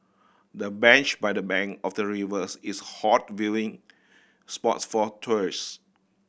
the bench by the bank of the rivers is hot viewing spots for tourist